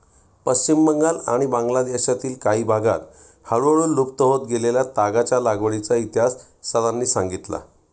पश्चिम बंगाल आणि बांगलादेशातील काही भागांत हळूहळू लुप्त होत गेलेल्या तागाच्या लागवडीचा इतिहास सरांनी सांगितला